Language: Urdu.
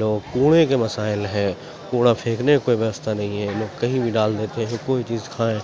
لوگ کوڑے کے مسائل ہیں کوڑا پھینکنے کی کوئی ویوستھا نہیں ہے لوگ کہیں بھی ڈال دیتے ہیں کوئی چیز کھائیں